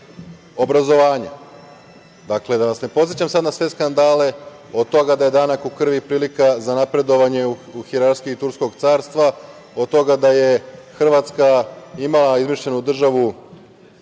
obrazovanja. Dakle, da vas ne podsećam na sve skandale, od toga da je „Danak u krvi“ prilika za napredovanje u hijerarhiji Turskog carstva, od toga da je Hrvatska imala izmišljenu državu